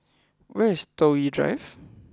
where is Toh Yi Drive